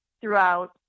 throughout